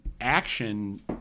action